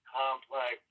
complex